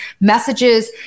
messages